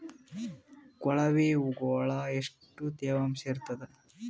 ಕೊಳವಿಗೊಳ ಎಷ್ಟು ತೇವಾಂಶ ಇರ್ತಾದ?